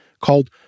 called